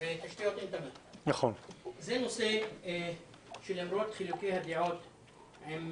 זה נושא שלמרות חילוקי הדעות שיש לנו עם